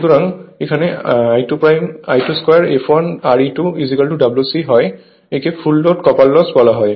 সুতরাং এখানে I22 fl Re2Wc হয় একে ফুল লোড কপার লস বলা হয়